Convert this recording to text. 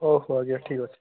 ଓହୋ ଆଜ୍ଞା ଠିକ୍ ଅଛି